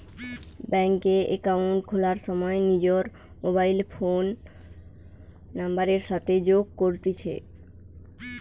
bank এ account খোলার সময় নিজর মোবাইল ফোন নাম্বারের সাথে যোগ করতিছে